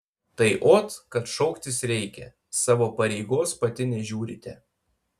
tai ot kad šauktis reikia savo pareigos pati nežiūrite